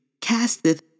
casteth